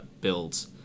builds